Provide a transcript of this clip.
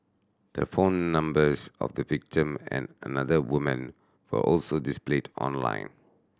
the phone numbers of the victim and another woman were also displayed online